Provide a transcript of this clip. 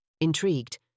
Intrigued